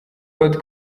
claude